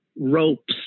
ropes